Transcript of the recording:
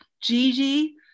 Gigi